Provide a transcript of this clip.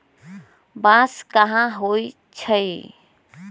बांस कहाँ होई छई